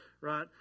right